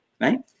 right